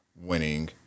winning